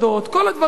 כל הדברים האלה,